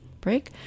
break